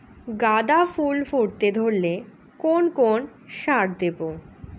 গাদা ফুল ফুটতে ধরলে কোন কোন সার দেব?